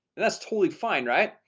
and that's totally fine right,